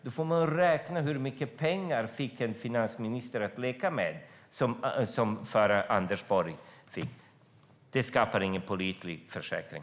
Då kan man räkna hur mycket pengar den förra finansministern Anders Borg fick att leka med. Detta skapar ingen pålitlig försäkring!